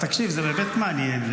אז תקשיב, זה באמת מעניין.